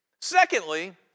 Secondly